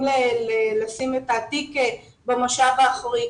אם לשים את התיק במושב האחורי.